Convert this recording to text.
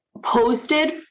Posted